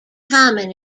common